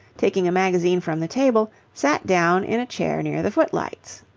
taking a magazine from the table, sat down in a chair near the footlights.